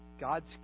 God's